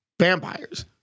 vampires